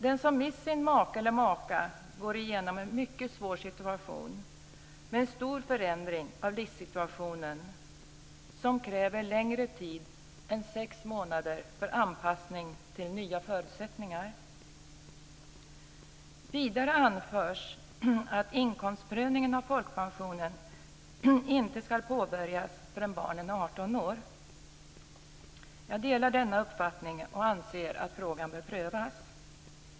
Den som mist sin make eller maka går igenom en mycket svår situation med en stor förändring av livssituationen som kräver längre tid än sex månader för anpassning till nya förutsättningar. Vidare anförs att inkomstprövningen av folkpensionen inte skall påbörjas förrän barnen är 18 år. Jag delar denna uppfattning och anser att frågan bör prövas.